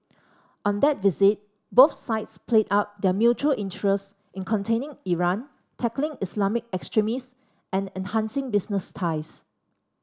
on that visit both sides played up their mutual interests in containing Iran tackling Islamic extremists and enhancing business ties